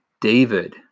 David